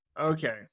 Okay